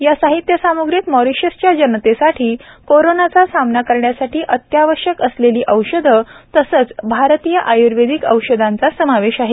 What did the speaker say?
या साहित्य सामुग्रीत मॉरिशसच्या जनतेसाठी कोरोनाचा सामना करण्यासाठी अत्यावश्यक असलेली औषधं तसच भारतीय आयुर्वेदिक औषधांचा समावेश आहे